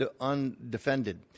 undefended